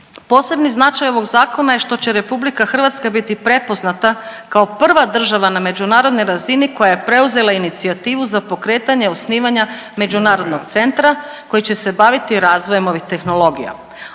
Posebni značaj ovog zakona je što će RH biti prepoznata kao prva država na međunarodnoj razini koja je preuzela inicijativu za pokretanje osnivanja međunarodnog centra koji će se baviti razvojem ovih tehnologija.